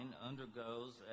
undergoes